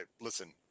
listen